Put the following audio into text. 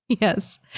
yes